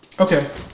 Okay